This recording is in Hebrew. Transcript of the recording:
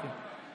לא.